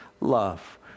love